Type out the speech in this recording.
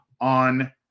on